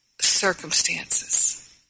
circumstances